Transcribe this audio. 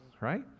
right